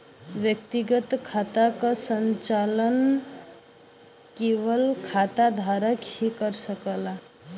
व्यक्तिगत खाता क संचालन केवल खाता धारक ही कर सकला